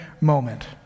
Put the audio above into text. moment